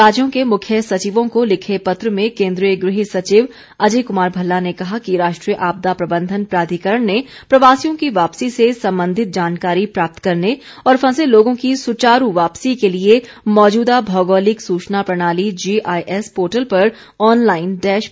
राज्यों के मुख्य सचिवों को लिखे पत्र में केन्द्रीय गृह सचिव अजय कुमार भल्ला ने कहा कि राष्ट्रीय आपदा प्रबंधन प्राधिकरण ने प्रवासियों की वापसी से संबंधित जानकारी प्राप्त करने और फंसे लोगों की सुचारू वापसी के लिये मौजूदा भौगोलिक सूचना प्रणाली जीआईएस पोर्टल पर ऑनलाइन डैशबोर्ड तैयार किया है